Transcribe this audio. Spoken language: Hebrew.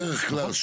בדרך כלל,